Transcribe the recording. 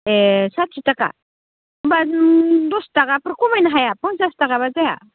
ए साथि थाखा होमब्ला नों दस थाखाफोर खमायनो हाया पास थाखाब्ला जाया